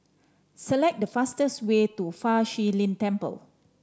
select the fastest way to Fa Shi Lin Temple